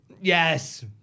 Yes